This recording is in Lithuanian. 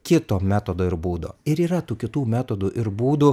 kito metodo ir būdo ir yra tų kitų metodų ir būdų